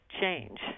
change